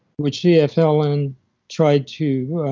which the fmll and tried to